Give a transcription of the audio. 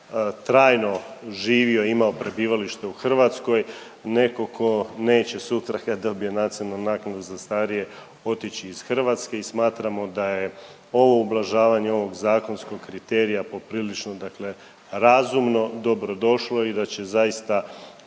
trajno živio i imao prebivalište u Hrvatskoj, neko ko neće sutra kad dobije nacionalnu naknadu za starije otići iz Hrvatske i smatramo da je ovo ublažavanje ovog zakonskog kriterija poprilično dakle razumno, dobrodošlo i da će zaista